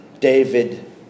David